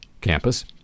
campus